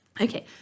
Okay